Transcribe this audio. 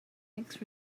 makes